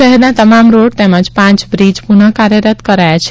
શહેરના તમામ રોડ તેમજ પાંચ બ્રિજ પુઃન કાર્યરત કરાયા છે